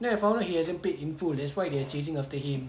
then I found out he hasn't paid in full that's why they are chasing after him